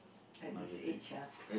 at this age ah